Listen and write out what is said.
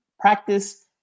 practice